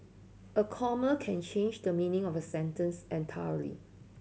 a comma can change the meaning of a sentence entirely